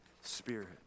spirit